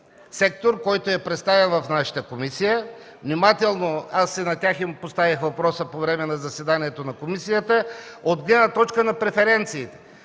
сектор, който е представен в нашата комисия. И на тях им поставих въпроса по време на заседанието на комисията от гледна точка на преференции.